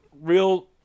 real